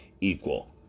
equal